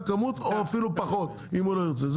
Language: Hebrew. כמות או אפילו פחות אם הוא לא ירצה.